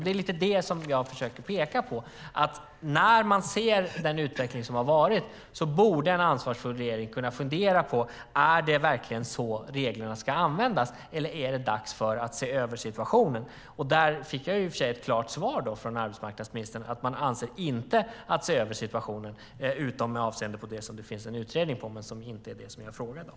Det är lite det som jag försöker peka på. När man ser den utveckling som har skett borde en ansvarsfull regering kunna fundera på om det verkligen är så reglerna ska användas eller om det är dags att se över situationen. Där fick jag i och för sig ett klart svar från arbetsmarknadsministern: Man avser inte att se över situationen, utom med avseende på det som det finns en utredning om men som inte är det jag frågade om.